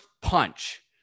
punch